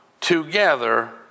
together